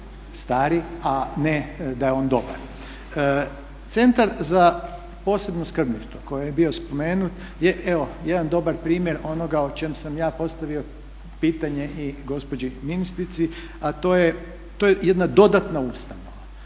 stari a ne da je on dobar. Centar za posebno skrbništvo koji je bio spomenut je evo jedan dobar primjer onoga o čem sam ja postavio pitanje i gospođi ministrici, a to je jedna dodatna ustanova.